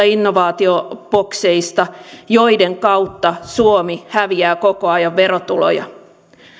innovaatiobokseista joiden kautta suomi häviää koko ajan verotuloja